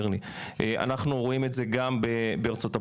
אנחנו רואים את זה גם בארצות-הברית.